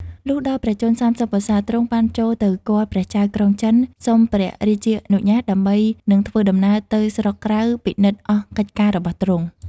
លុះដល់ព្រះជន្ម ៣០ វស្សា ទ្រង់បានចូលទៅគាល់ព្រះចៅក្រុងចិន សុំព្រះរាជានុញ្ញាត ដើម្បីនឹងធ្វើដំណើរទៅស្រុកក្រៅពិនិត្យអស់កិច្ចការរបស់ទ្រង់ ។